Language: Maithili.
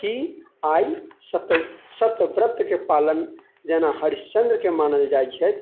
आइ सत सतव्रतके पालन जेना हरिश्चन्द्रके मानल जाइ छै